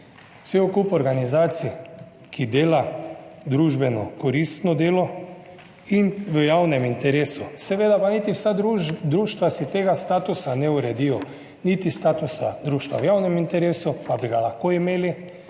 cel kup organizacij, ki dela družbeno koristno delo in v javnem interesu, seveda pa niti vsa društva si tega statusa ne uredijo, niti statusa društva v javnem interesu, pa bi ga lahko imeli,